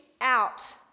out